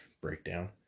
breakdown